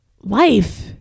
Life